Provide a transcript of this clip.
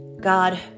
God